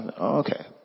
Okay